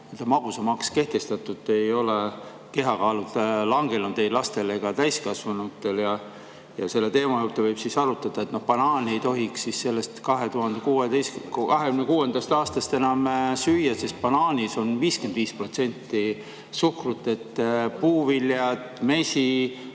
magusamaks kehtestatud, ei ole kehakaal langenud ei lastel ega täiskasvanutel. Ja selle teemaga seoses võib siis arutada, et banaani ei tohiks sellest 2026. aastast enam süüa, sest banaanis on 55% suhkrut. Puuviljad, mesi,